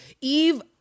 Eve